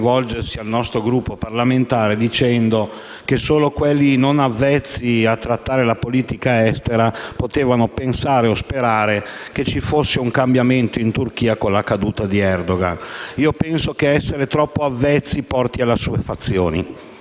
io penso che essere troppo avvezzi porti all'assuefazione.